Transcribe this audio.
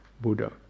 Buddha